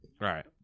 Right